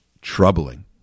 troubling